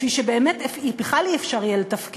בשביל שבאמת בכלל לא יהיה אפשר לתפקד,